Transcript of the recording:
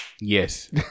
Yes